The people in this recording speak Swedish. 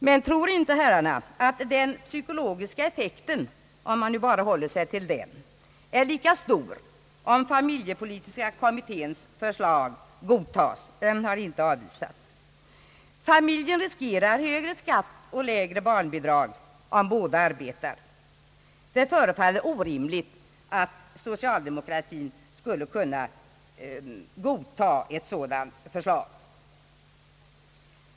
Men tror inte herrarna att den psykologiska effekten, om man nu bara håller sig till den, är lika stor om familjepolitiska kommitténs förslag godtas? Och än har det inte avvisats. Familjen riskerar högre skatt och mindre barnbidrag, om båda arbetar. Det förefaller orimligt att socialdemokratin skulle kunna godta ett sådant förslag.